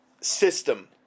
system